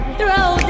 throw